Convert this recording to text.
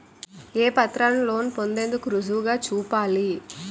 ఏ పత్రాలను లోన్ పొందేందుకు రుజువుగా చూపాలి?